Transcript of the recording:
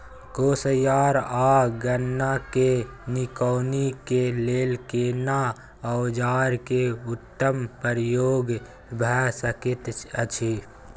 कोसयार आ गन्ना के निकौनी के लेल केना औजार के उत्तम प्रयोग भ सकेत अछि?